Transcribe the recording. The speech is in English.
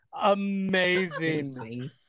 amazing